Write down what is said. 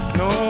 no